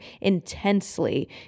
intensely